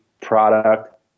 product